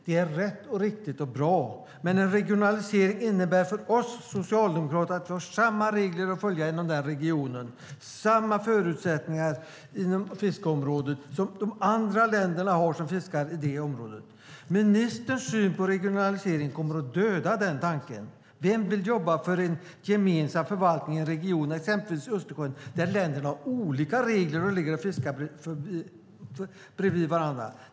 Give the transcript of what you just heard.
Det är rätt och riktigt och bra, men en regionalisering innebär för oss socialdemokrater att man har samma regler att följa i regionen, samma förutsättningar inom fiskeområdet, som de andra länderna har som fiskar i det området. Ministerns syn på regionalisering kommer att döda den tanken. Vem vill jobba för en gemensam förvaltning i en region, exempelvis Östersjön, där länderna har olika regler trots att man ligger och fiskar bredvid varandra?